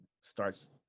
starts